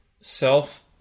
Self